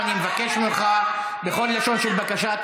ואני מבקש ממך בכל לשון של בקשה,